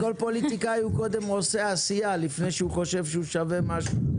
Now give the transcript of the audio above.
אז כל פוליטיקאי קודם עושה עשייה לפני שהוא חושב שהוא שווה משהו.